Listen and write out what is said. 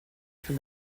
from